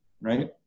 right